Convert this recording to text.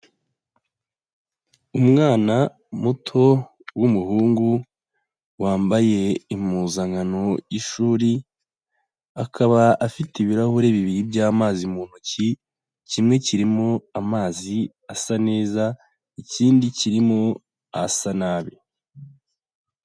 Umwana muto w'umuhungu wambaye impuzankano y'ishuri, akaba afite ibirahuri bibiri by'amazi mu ntoki, kimwe kirimo amazi asa neza, ikindi kirimo asa nabi.